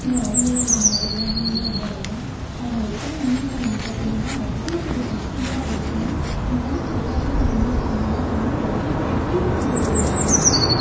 அவர்களும் அந்த மாதிரி தான் மீனவர் ஜாதிதான் அவங்க வைக்கிற மீன் கொழம்பு பார்த்திங்கன்னா அவ்வளோ ஒரு ருசியாக இருக்கும் நானும் நல்லா தான் எல்லாமே பண்ணுவேன் ஆனால் அவங்க வைக்கிற அந்த ஒரு மணமும்